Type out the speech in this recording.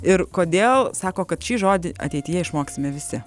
ir kodėl sako kad šį žodį ateityje išmoksime visi